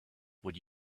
would